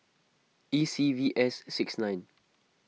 E C V S six nine